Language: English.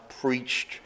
preached